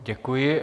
Děkuji.